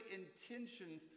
intentions